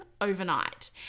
overnight